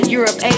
Europe